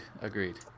Agreed